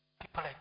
people